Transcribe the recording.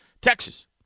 Texas